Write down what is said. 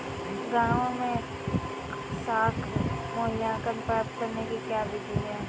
गाँवों में साख मूल्यांकन प्राप्त करने की क्या विधि है?